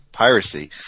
piracy